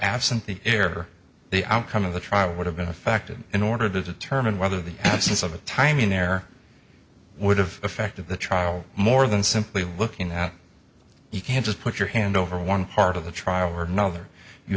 error the outcome of the trial would have been affected in order to determine whether the absence of a timing there would have affected the trial more than simply looking at you can just put your hand over one part of the trial or another you